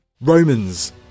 Romans